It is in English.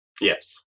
Yes